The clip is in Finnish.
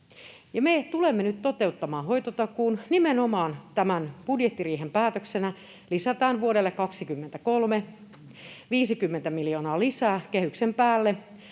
Me tulemme nyt toteuttamaan hoitotakuun. Nimenomaan tämän budjettiriihen päätöksenä vuodelle 23 lisätään 50 miljoonaa lisää rahoitusta kehyksen päälle,